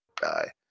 guy